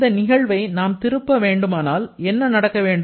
இந்த நிகழ்வை நாம் திருப்ப வேண்டுமானால் என்ன நடக்க வேண்டும்